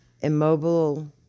immobile